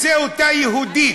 רוצה אותה יהודית.